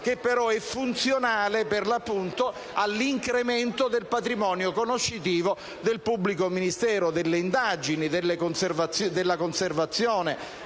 che però è funzionale all'incremento del patrimonio conoscitivo del pubblico ministero e delle indagini, della conservazione